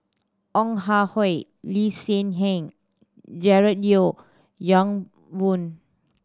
Ong Ah Hoi Lee Hsien Yang and George Yeo Yong Boon